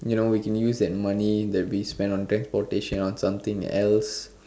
you know we can use that money that we spend on transportation on something else